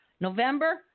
November